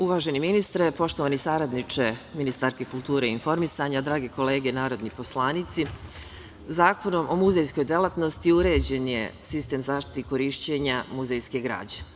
Uvaženi ministre, poštovani saradniče ministarke kulture i informisanja, drage kolege narodni poslanici, Zakonom o muzejskoj delatnosti uređen je sistem zaštite korišćenja muzejske građe.